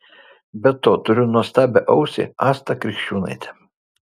be to turiu nuostabią ausį astą krikščiūnaitę